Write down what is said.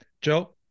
Joe